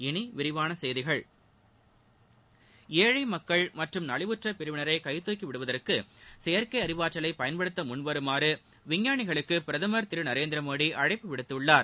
இனி விரிவான செய்திகள் ஏழை மக்கள் மற்றும் நலிவுற்ற பிரிவினரை கைதூக்கி விடுவதற்கு செயற்கை அறிவாற்றலை பயன்படுத்த முன்வருமாறு விஞ்ஞானிகளுக்கு பிரதமர் திரு நரேந்திர மோடி அழைப்பு விடுத்துள்ளார்